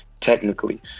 technically